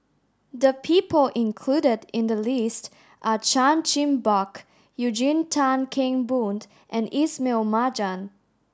the people included in the list are Chan Chin Bock Eugene Tan Kheng Boon and Ismail Marjan